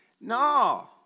No